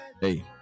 Hey